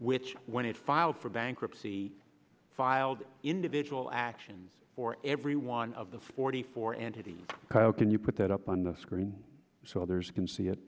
which when it filed for bankruptcy filed individual actions for every one of the forty four entities can you put that up on the screen so others can